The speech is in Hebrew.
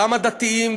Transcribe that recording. גם הדתיים,